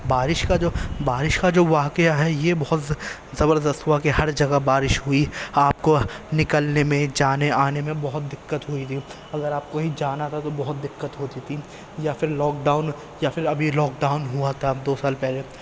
بارش کا جو بارش کا جو واقعہ ہے یہ بہت زبردست ہوا کہ ہر جگہ بارش ہوئی آپ کو نکلنے میں جانے آنے میں بہت دقت ہوئی تھی اگر آپ کوئی کہیں جانا تھا تو بہت دقت ہوتی تھی یا پھر لاک ڈاؤن یا پھر ابھی لاک ڈاؤن ہوا تھا اب دو سال پہلے